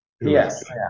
Yes